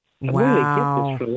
Wow